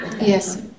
Yes